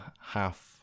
half